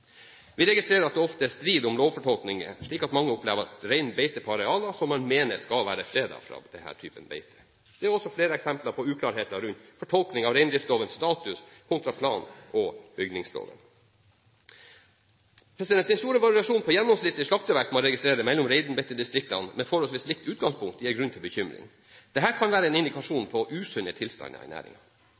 Vi registrerer at det ofte er strid om lovfortolkninger, slik at mange opplever at rein beiter på arealer som man mener skal være fredet fra denne typen beite. Det er også flere eksempler på uklarheter rundt fortolkning av reindriftslovens status kontra plan- og bygningsloven. Den store variasjonen på gjennomsnittlig slaktevekt man registrerer mellom reinbeitedistrikter med forholdsvis likt utgangspunkt, gir grunn til bekymring. Det kan være en indikasjon på usunne tilstander i